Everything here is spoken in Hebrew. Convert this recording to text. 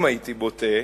אם הייתי בוטה,